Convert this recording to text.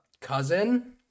cousin